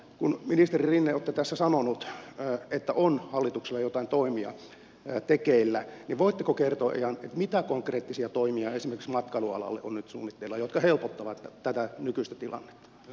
kun ministeri rinne olette tässä sanonut että hallituksella on jotain toimia tekeillä niin voitteko kertoa ihan mitä konkreettisia toimia esimerkiksi matkailualalle on nyt suunnitteilla jotka helpottavat tätä nykyistä tilannetta